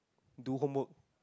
do homework